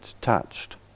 touched